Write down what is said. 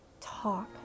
talk